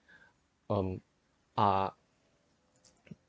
um are